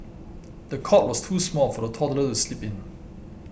the cot was too small for the toddler to sleep in